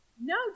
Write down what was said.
no